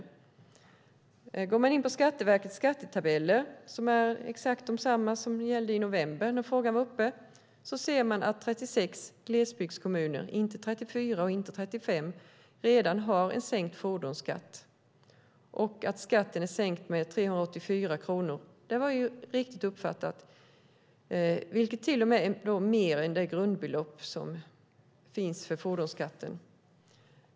Om man går in på Skatteverkets skattetabeller, som är exakt desamma som de som gällde när frågan var uppe i november, ser man att 36 glesbygdskommuner - inte 34 och inte 35 - redan har en sänkt fordonsskatt och att skatten är sänkt med 384 kronor. Det var riktigt uppfattat, och det är till och med mer än det grundbelopp som finns för fordonsskatten.